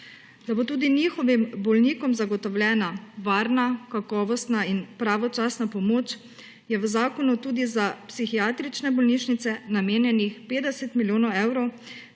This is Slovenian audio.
Da bo tudi njihovim bolnikom zagotovljena varna, kakovostna in pravočasna pomoč, je v zakonu tudi za psihiatrične bolnišnice namenjenih 50 milijonov evrov,